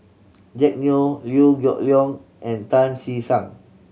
Jack Neo Liew Geok Leong and Tan Che Sang